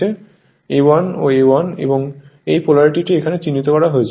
A1 ও a1 এবং এই পোলারিটিটি এখানে চিহ্নিত করা হয়েছে